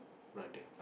brother